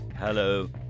Hello